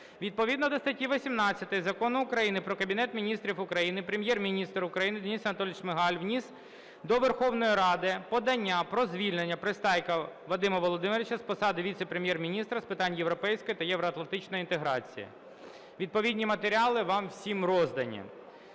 Відповідно до статті 18 Закону України "Про Кабінет Міністрів України" Прем’єр-міністр України Денис Анатолійович Шмигаль вніс до Верховної Ради подання про звільнення Пристайка Вадима Володимировича з посади Віце-прем'єр-міністра з питань європейської та євроатлантичної інтеграції, відповідні матеріали вам всім роздані.